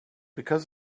because